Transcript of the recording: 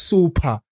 Super